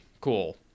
cool